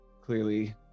clearly